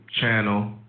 channel